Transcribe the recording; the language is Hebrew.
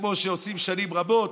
כמו שעושים שנים רבות,